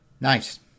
Nice